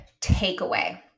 takeaway